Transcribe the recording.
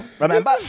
remember